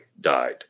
died